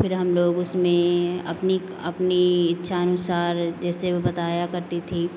फिर हम लोग उसमें अपनी अपनी इच्छानुसार जैसे वो बताया करती थी